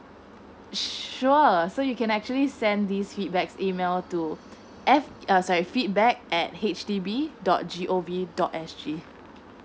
sure so you can actually send these feedbacks email to f~ ah sorry feedback at H D B dot G O V dot S G